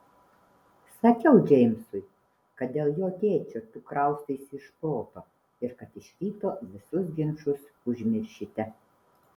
sakiau džeimsui kad dėl jo tėčio tu kraustaisi iš proto ir kad iš ryto visus ginčus užmiršite